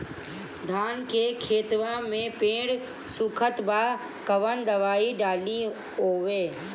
धान के खेतवा मे पेड़ सुखत बा कवन दवाई डाली ओमे?